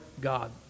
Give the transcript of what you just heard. God